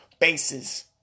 bases